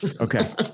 Okay